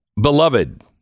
Beloved